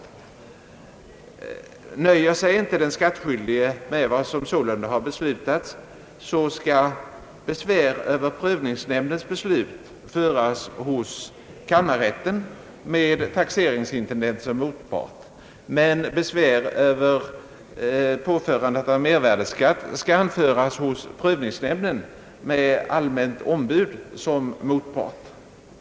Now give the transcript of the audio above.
Om den skattskyldige inte nöjer sig med vad som sålunda har beslutats skall besvär över prövningsnämndens beslut anföras hos kammarrätten med taxeringsintendenten som motpart. Men besvär över påförandet av mervärdeskatt skall anföras hos prövningsnämnden med allmänt ombud som motpart.